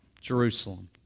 Jerusalem